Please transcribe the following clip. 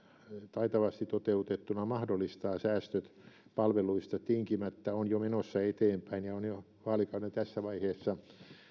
taitavasti toteutettuna mahdollistaa säästöt palveluista tinkimättä on jo menossa eteenpäin ja on jo vaalikauden tässä vaiheessa